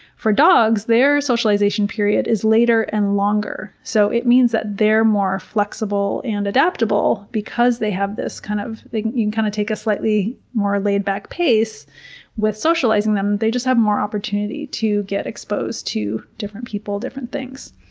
for dogs, their socialization period is later and longer. so it means that they're more flexible and adaptable because they have this, kind of you can kind of take take a slightly more laid-back pace with socializing them. they just have more opportunity to get exposed to different people, different things.